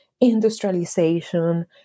industrialization